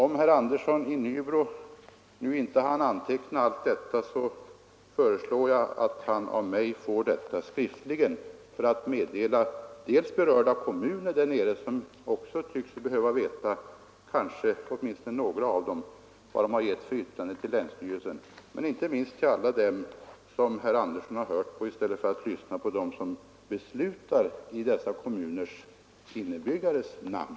Om herr Andersson i Nybro nu inte hann anteckna allt detta föreslår jag att han av mig får materialet skriftligen för att meddela berörda kommuner där nere hur det ligger till — åtminstone några av dem tycks ju behöva veta vilka yttranden de avgivit till länsstyrelsen — och inte minst sprida detta till alla dem som herr Andersson har hört på i stället för att lyssna på dem som beslutar i dessa kommuners inbyggares namn.